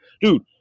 Dude